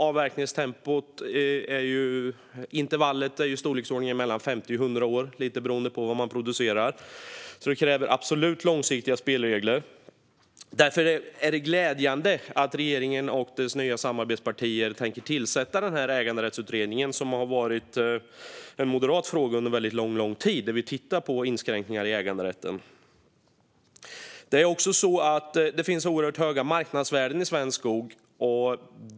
Avverkningsintervallet är i storleksordningen mellan 50 och 100 år, lite beroende på vad man producerar, så det krävs absolut långsiktiga spelregler. Därför är det glädjande att regeringen och dess nya samarbetspartier tänker tillsätta den här äganderättsutredningen, där man ska titta på inskränkningar i äganderätten. Detta har varit en moderat fråga under väldigt lång tid. Det finns oerhört höga marknadsvärden i svensk skog.